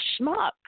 schmuck